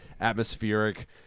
atmospheric